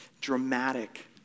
dramatic